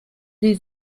sie